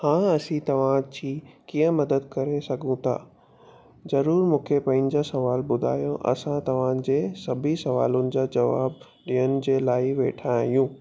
हा असीं तव्हां जी कीअं मदद करे सघूं था ज़रूरु मूंखे पंहिंजा सवाल ॿुधायो असां तव्हां जे सभिनी सवालनि जा जवाब ॾियण जे लाइ वेठा आहियूं